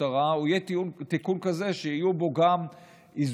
המשטרה הוא יהיה תיקון כזה שיהיו בו גם איזונים,